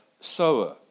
sower